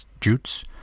Jutes